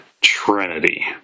Trinity